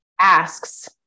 asks